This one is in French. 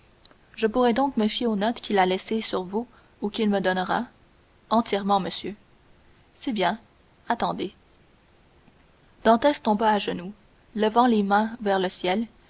je pourrai donc me fier aux notes qu'il a laissées sur vous ou qu'il me donnera entièrement monsieur c'est bien attendez dantès tomba à genoux levant les mains vers le ciel